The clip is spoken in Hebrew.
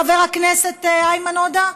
חבר הכנסת איימן עודה?